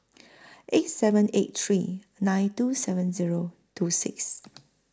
eight seven eight three nine two seven Zero two six